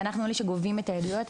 ואנחנו אלה שגובים את העדויות.